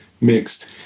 mixed